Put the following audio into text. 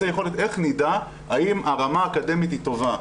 איך נדע האם הרמה האקדמית היא טובה?